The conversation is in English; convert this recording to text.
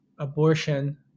abortion